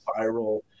viral